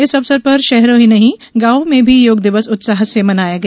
इस अवसर पर शहर ही नहीं गांवों में भी योगदिवस उत्साह से मनाया गया